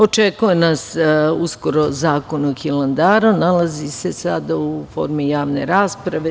Očekuje nas uskoro zakon o Hilandaru, sada se nalazi u formi javne rasprave.